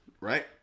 Right